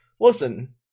Listen